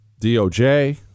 DOJ